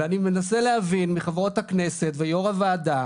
ואני מנסה להבין מחברות הכנסת ויו"ר הוועדה